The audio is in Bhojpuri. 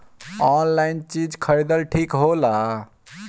आनलाइन चीज खरीदल ठिक होला?